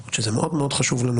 למרות שזה מאוד חשוב לנו